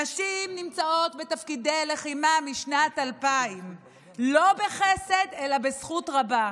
נשים נמצאות בתפקידי לחימה משנת 2000 לא בחסד אלא בזכות גדולה.